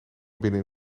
binnen